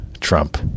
Trump